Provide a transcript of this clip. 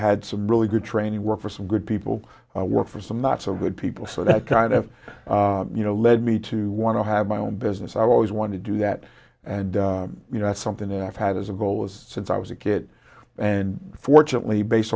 had some really good training work for some good people work for some not so good people so that kind of you know led me to want to have my own business i always want to do that and you know that's something that i've had as a goal as since i was a kid and fortunately based